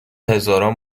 هزاران